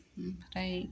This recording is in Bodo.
ओमफ्राय